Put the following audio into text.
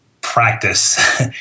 practice